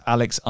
Alex